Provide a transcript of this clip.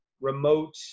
remote